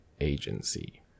Agency